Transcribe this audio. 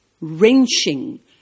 Wrenching